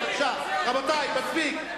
רבותי, מספיק.